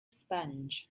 sponge